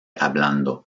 hablando